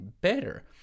better